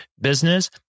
business